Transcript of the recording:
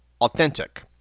authentic